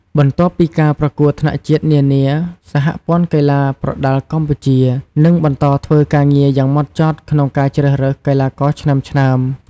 បន្ទាប់ពីការប្រកួតថ្នាក់ជាតិនានា សហព័ន្ធកីឡាប្រដាល់កម្ពុជា នឹងបន្តធ្វើការងារយ៉ាងម៉ត់ចត់ក្នុងការជ្រើសរើសកីឡាករឆ្នើមៗ។